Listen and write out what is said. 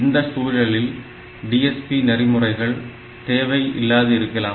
இந்த சூழலில் DSP நெறிமுறைகள் தேவை இல்லாது இருக்கலாம்